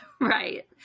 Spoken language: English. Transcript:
right